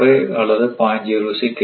05 அல்லது 0